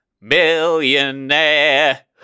millionaire